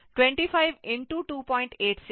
4 volt ಆಗುತ್ತದೆ